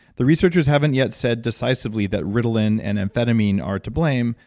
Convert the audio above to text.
the researchers haven't yet said decisively that ritalin and amphetamine are to blame,